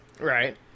Right